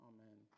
Amen